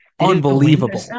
unbelievable